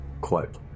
quote